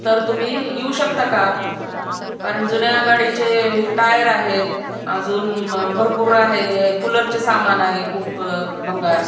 तर तुम्ही येऊ शकता का कारण जुन्या गाडीचे हे टायर आहेत अजून मग भरपूर आहे कूलरचे सामान आहे खूप भंगार